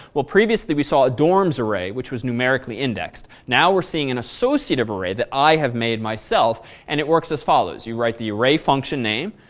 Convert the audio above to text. well previously, we saw a dorms array which was numerically indexed. now we're seeing an associative array that i have made myself and it works as follows. you write the array function name,